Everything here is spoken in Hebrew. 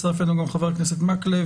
הצטרף אלינו גם חבר הכנסת מקלב,